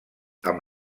amb